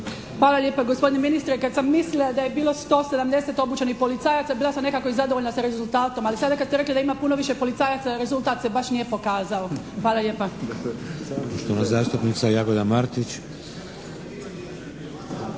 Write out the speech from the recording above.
Hvala lijepa gospodine ministre. Kad sam mislila da je bilo 170 obučenih policajaca bila sam nekako i zadovoljna sa rezultatom. Ali sada kad ste rekli da ima puno više policajaca rezultat se baš nije pokazao. Hvala lijepa.